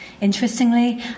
Interestingly